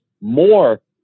more